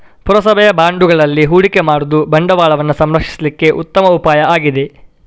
ಪುರಸಭೆಯ ಬಾಂಡುಗಳಲ್ಲಿ ಹೂಡಿಕೆ ಮಾಡುದು ಬಂಡವಾಳವನ್ನ ಸಂರಕ್ಷಿಸ್ಲಿಕ್ಕೆ ಉತ್ತಮ ಉಪಾಯ ಆಗಿದೆ